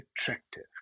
attractive